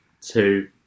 two